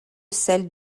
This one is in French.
celle